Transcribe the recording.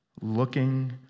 Looking